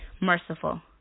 merciful